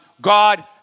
God